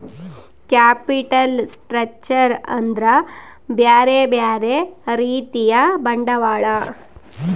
capital structure ಅಂದ್ರ ಬ್ಯೆರೆ ಬ್ಯೆರೆ ರೀತಿಯ ಬಂಡವಾಳ